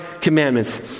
commandments